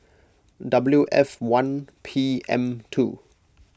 W F one P M two